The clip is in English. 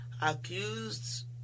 accused